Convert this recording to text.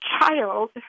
child